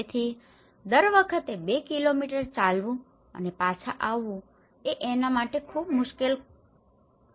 તેથી દર વખતે બે કિલોમીટર ચાલવું અને પાછા આવવું એ તેમના માટે ખૂબ મુશ્કેલ કાર્ય છે